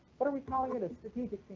what are we calling? it is strategic